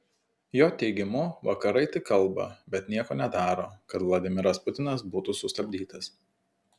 jo teigimu vakarai tik kalba bet nieko nedaro kad vladimiras putinas būtų sustabdytas